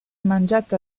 mangiato